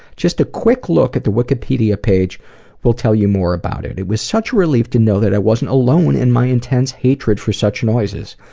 just a quick look at the wikipedia page will tell you more about it. it was such a relief to know that i wasn't alone in my intense hatred for such noises.